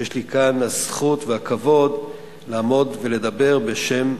שיש לי כאן הזכות והכבוד לעמוד ולדבר בשם,